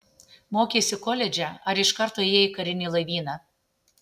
mokeisi koledže ar iš karto ėjai į karinį laivyną